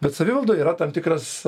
bet savivaldoj yra tam tikras